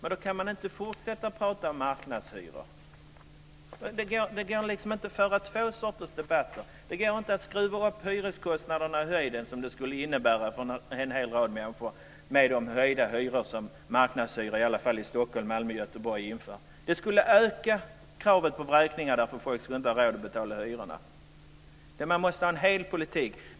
Då kan man dock inte fortsätta att tala om marknadshyror. Det går liksom inte att föra två sorters debatt. Det går nämligen inte att skruva upp hyreskostnaderna i höjden, något som höjda hyror och marknadshyror - som införs i alla fall i Stockholm, Malmö och Göteborg - skulle innebära för en hel del människor. Det skulle tvärtom öka kravet på vräkning därför att människor inte skulle ha råd att betala hyrorna. Det behövs en hel politik.